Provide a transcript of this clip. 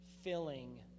filling